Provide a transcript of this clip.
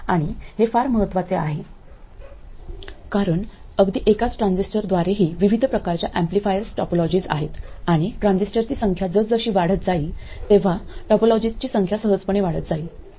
आणि हे फार महत्वाचे आहे कारण अगदी एकाच ट्रान्झिस्टरद्वारेही विविध प्रकारचे एम्प्लीफायर्स टोपोलॉजीज आहेत आणि ट्रान्झिस्टरची संख्या जसजशी वाढत जाईल तेव्हा टोपोलॉजीजची संख्या सहजपणे वाढत जाईल 1130